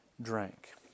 drank